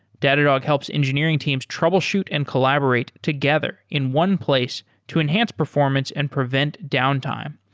datadog helps engineering teams troubleshoot and collaborate together in one place to enhance performance and prevent downtime.